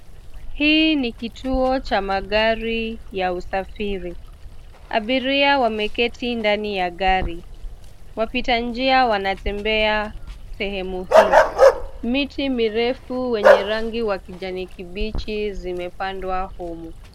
Hii ni kituo cha magari ya usafiri. Abiria wameketi ndani ya gari. Wapita njia wanatembea sehemu hii. Miti mirefu wenye rangi wa kijani kibichi zimepandwa humu.